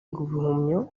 ibihumyo